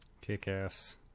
kick-ass